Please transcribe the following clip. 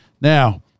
Now